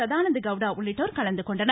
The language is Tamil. சதானந்த கவுடா உள்ளிட்டோர் கலந்துகொண்டனர்